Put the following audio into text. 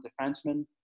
defenseman